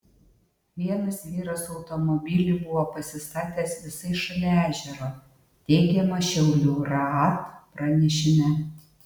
vienas vyras automobilį buvo pasistatęs visai šalia ežero teigiama šiaulių raad pranešime